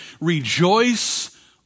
Rejoice